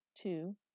two